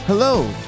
Hello